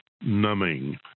numbing